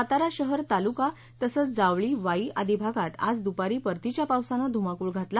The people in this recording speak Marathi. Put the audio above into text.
सातारा शहर तालूका तसंच जावळी वाई आदी भागात आज दूपारी परतीच्या पावसानं धूमाकूळ घातला